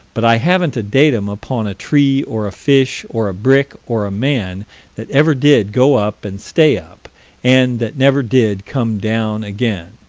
but i haven't a datum upon a tree or a fish or a brick or a man that ever did go up and stay up and that never did come down again.